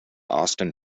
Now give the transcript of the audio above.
austin